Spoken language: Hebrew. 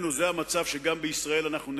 אני הייתי פה ב-03:00, אתה כבר היית פה.